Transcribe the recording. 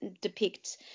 depicts